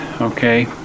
Okay